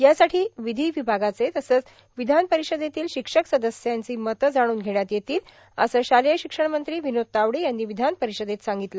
यासाठी विधी विभागाचे तसेच विधान परिषदेतील शिक्षक सदस्यांची मते जाणून घेण्यात येतील असे शालेय शिक्षण मंत्री विनोद तावडे यांनी विधानपरिषदेत सांगितले